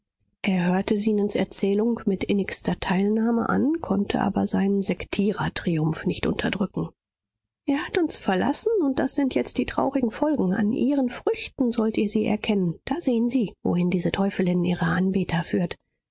er hörte zenons erzählung mit innigster teilnahme an konnte aber seinen sektierertriumph nicht unterdrücken er hat uns verlassen und das sind jetzt die traurigen folgen an ihren früchten sollt ihr sie erkennen da sehen sie wohin diese teufelin ihre anbeter führt